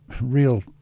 real